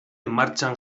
martxan